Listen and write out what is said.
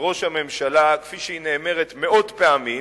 ראש הממשלה כפי שהיא נאמרת מאות פעמים.